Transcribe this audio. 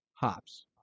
hops